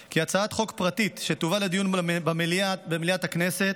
כי הצעת חוק פרטית שתובא לדיון במליאת הכנסת